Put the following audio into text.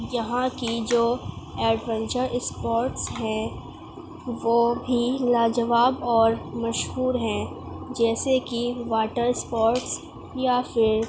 یہاں کی جو ایڈونچر اسپاٹس ہیں وہ بھی لاجواب اور مشہور ہیں جیسے کہ واٹر اسپاٹس یا پھر